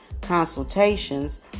consultations